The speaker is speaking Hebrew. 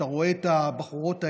אתה רואה את הבחורות האלה,